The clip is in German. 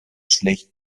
schlecht